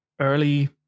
early